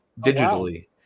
digitally